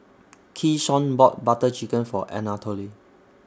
Keyshawn bought Butter Chicken For Anatole